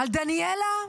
על דניאלה?